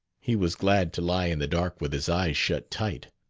he was glad to lie in the dark with his eyes shut tight,